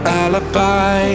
alibi